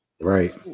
Right